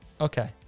Okay